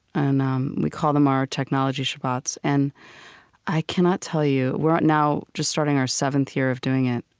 and um we call them our technology shabbats. and i cannot tell you we're now just starting our seventh year of doing it.